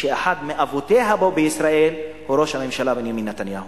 שאחד מאבותיה פה בישראל הוא ראש הממשלה בנימין נתניהו.